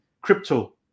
crypto